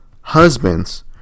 Husbands